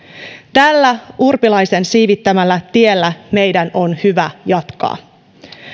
tällä urpilaisen siivittämällä tiellä meidän on hyvä jatkaa